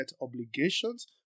obligations